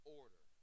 order